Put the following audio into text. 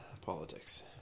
Politics